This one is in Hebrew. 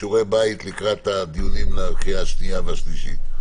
לקראת הדיונים בקריאה שנייה ושלישית.